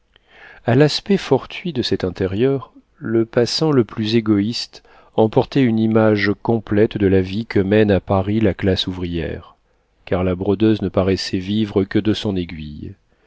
a l'aspect fortuit de cet intérieur le passant le plus égoïste emportait une image complète de la vie que mène à paris la classe ouvrière car la brodeuse ne paraissait vivre que de son aiguille